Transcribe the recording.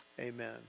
amen